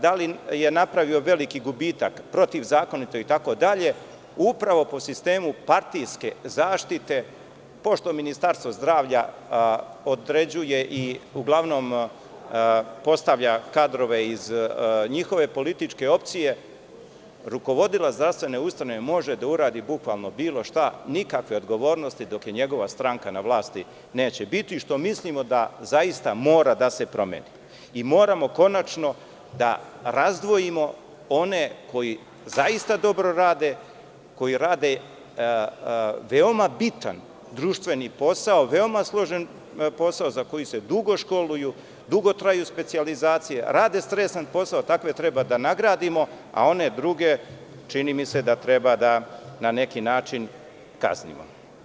Da li je napravio veliki gubitak protivzakonito itd, upravo po sistemu partijske zaštite, pošto Ministarstvo zdravlja određuje i uglavnom postavlja kadrove iz njihove političke opcije, rukovodilac zdravstvene ustanove može da uradi bukvalno bilo šta nikakve odgovornosti dok je njegova stranka na vlasti neće biti, što mislimo da zaista mora da se promeni, i moramo konačno da razdvojimo one koji zaista dobro rade, koji rade veoma bitan društveni posao, veoma složen posao za koji se dugo školuju, dugu traju specijalizacije, rade stresan posao, takve treba da nagradimo, a one druge čini mi se da treba da na neki način kaznimo.